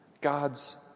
God's